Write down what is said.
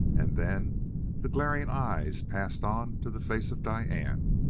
and then the glaring eyes passed on to the face of diane.